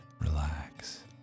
relax